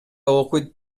окуйт